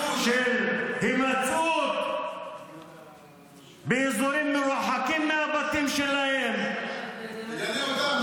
של הימצאות באזורים מרוחקים מהבתים שלהם -- תגנה אותם,